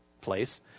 place